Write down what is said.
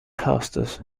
hosts